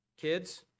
Kids